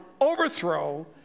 overthrow